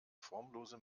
formlose